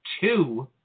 two